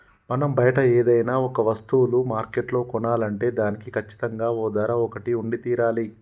మనం బయట ఏదైనా ఒక వస్తువులు మార్కెట్లో కొనాలంటే దానికి కచ్చితంగా ఓ ధర ఒకటి ఉండి తీరాలి